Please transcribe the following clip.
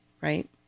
right